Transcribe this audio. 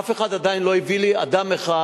אף אחד עדיין לא הביא לי אדם אחד,